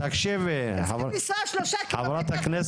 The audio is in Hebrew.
הם צריכים לנסוע שלושה קילומטר,